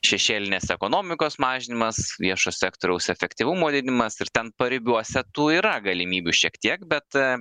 šešėlinės ekonomikos mažinimas viešo sektoriaus efektyvumo didinimas ir ten paribiuose tų yra galimybių šiek tiek bet